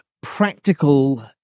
practical